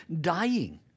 dying